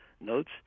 notes